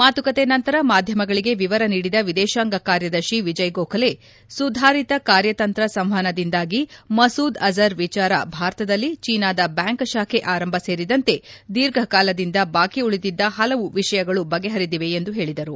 ಮಾತುಕತೆ ನಂತರ ಮಾಧ್ವಮಗಳಿಗೆ ವಿವರ ನೀಡಿದ ವಿದೇಶಾಂಗ ಕಾರ್ಯದರ್ಶಿ ವಿಜಯ್ ಗೋಖಲೆ ಸುಧಾರಿತ ಕಾರ್ಯತಂತ್ರ ಸಂವಹನದಿಂದಾಗಿ ಮಸೂದ್ ಅಜರ್ ವಿಚಾರ ಭಾರತದಲ್ಲಿ ಚೀನಾದ ಬ್ಲಾಂಕ್ ಶಾಖೆ ಆರಂಭ ಸೇರಿದಂತೆ ದೀರ್ಘಕಾಲದಿಂದ ಬಾಕಿ ಉಳಿದಿದ್ದ ಹಲವು ವಿಷಯಗಳು ಬಗೆಹರಿದಿವೆ ಎಂದು ಹೇಳಿದರು